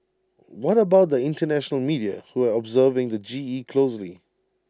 what about the International media who are observing the G E closely